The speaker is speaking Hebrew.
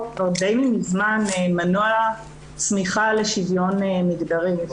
כבר די מזמן מנוע צמיחה לשוויון מגדרי.